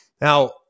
Now